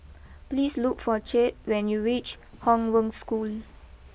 please look for Chet when you reach Hong Wen School